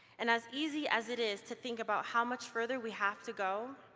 and as easy as it is to think about how much further we have to go,